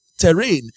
terrain